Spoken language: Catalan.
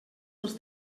dels